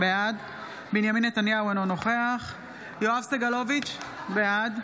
בעד בנימין נתניהו, אינו נוכח יואב סגלוביץ' בעד